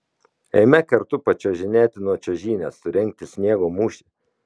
eime kartu pačiuožinėti nuo čiuožynės surengti sniego mūšį